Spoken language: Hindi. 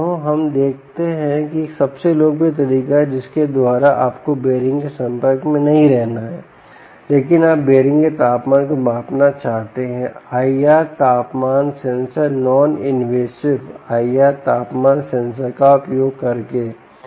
हमें देखते हैं एक सबसे लोकप्रिय तरीका है जिसके द्वारा आपको बीयररिंग के संपर्क में नहीं रहना हैं लेकिन आप बीयररिंग के तापमान को मापना चाहते हैं आईआर तापमान सेंसर नॉन इनवेसिव IR तापमान सेंसर का उपयोग करके